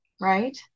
right